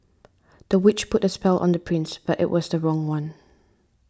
the witch put a spell on the prince but it was the wrong one